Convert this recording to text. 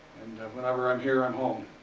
and whenever i'm here, i'm home.